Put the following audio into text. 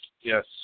Yes